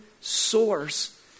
source